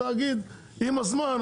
עם הזמן,